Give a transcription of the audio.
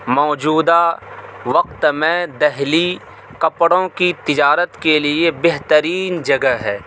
موجودہ وقت میں دہلی کپڑوں کی تجارت کے لیے بہترین جگہ ہے